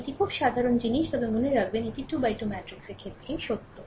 এটি খুব সাধারণ জিনিস তবে মনে রাখবেন এটি 2 X 2 ম্যাট্রিক্সের ক্ষেত্রেই সত্য